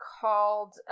called